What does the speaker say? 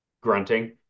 grunting